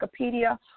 Wikipedia